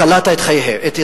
קלעת את הישראלים,